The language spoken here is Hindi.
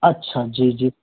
अच्छा जी जी